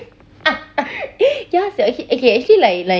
ya sia actually like like